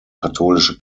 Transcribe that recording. katholische